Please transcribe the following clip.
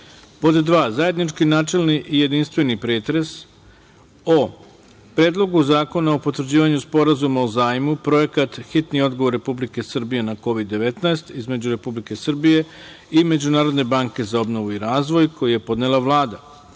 2) zajednički načelni i jedinstveni pretres o: Predlogu zakona o potvrđivanju Sporazuma o zajmu, projekat hitni odgovor Republike Srbije na Kovid 19 između Republike Srbije i Međunarodne banke za obnovu i razvoj, koji je podnela Vlada;